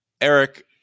Eric